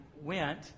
went